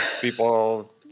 people